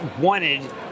wanted